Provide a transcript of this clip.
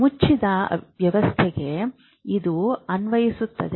ಮುಚ್ಚಿದ ವ್ಯವಸ್ಥೆಗೆ ಇದು ಅನ್ವಯಿಸುತ್ತದೆ